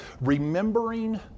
remembering